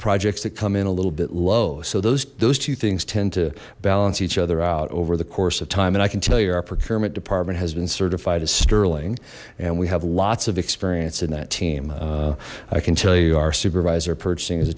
projects that come in a little bit low so those those two things tend to balance each other out over the course of time and i can tell you our procurement department has been certified as sterling and we have lots of experience in that team i can tell you our supervisor purchasing is a